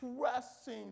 pressing